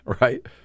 right